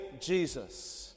Jesus